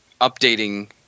updating